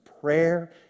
prayer